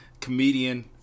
comedian